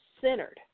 centered